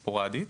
ספורדית,